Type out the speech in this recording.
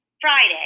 Friday